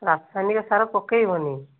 ରାସାୟନିକ ସାର ପକେଇବନି